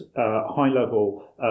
high-level